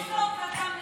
סוף-סוף אתה מבין?